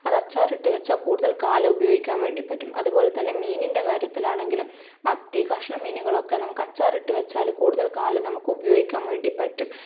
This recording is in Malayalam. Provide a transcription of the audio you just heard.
അതച്ചാറിട്ട് വച്ചാൽ കൂടുതൽ കാലം ഉപയോഗിക്കാൻ വേണ്ടി പറ്റും അതു പോലെ തന്നെ മീനിൻ്റെ കാര്യത്തിലാണെങ്കിലും മത്തി കഷ്ണം മീനുകളൊക്കെ നമുക്ക് അച്ചാറിട്ട് വച്ചാൽ കൂടുതൽ കാലം നമുക്ക് ഉപയോഗിക്കാൻ വേണ്ടി പറ്റും